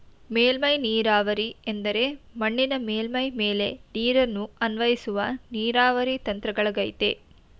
ಮೇಲ್ಮೈ ನೀರಾವರಿ ಎಂದರೆ ಮಣ್ಣಿನ ಮೇಲ್ಮೈ ಮೇಲೆ ನೀರನ್ನು ಅನ್ವಯಿಸುವ ನೀರಾವರಿ ತಂತ್ರಗಳಗಯ್ತೆ